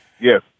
Yes